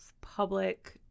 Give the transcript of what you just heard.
public